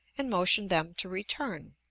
and motion them to return.